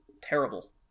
terrible